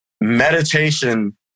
Meditation